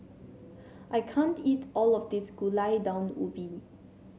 I can't eat all of this Gulai Daun Ubi